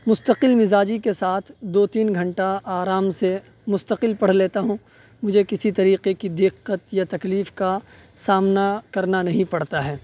مستقل مزاجی کے ساتھ دو تین گھنٹہ آرام سے مستقل پڑھ لیتا ہوں مجھے کسی طریقے کی دقت یا تکلیف کا سامنا کرنا نہیں پڑتا ہے